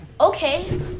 Okay